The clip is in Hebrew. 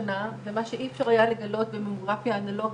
אנחנו הזכרנו איזה נזקים יכולים להיות לממוגרפיית סקר,